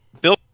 Bill